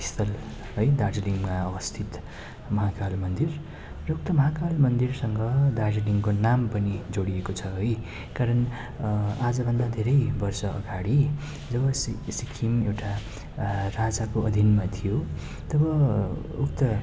स्थल है दार्जिलिङमा अवस्थित महाकाल मन्दिर र उक्त महाकाल मन्दिरसँग दार्जिलिङको नाम पनि जोडिएको छ है कारण आजभन्दा धेरै वर्षअगाडि जब सि सिक्किम एउटा राजाको अधीनमा थियो तब उक्त